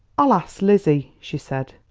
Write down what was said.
i'll ask lizzie, she said.